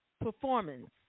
Performance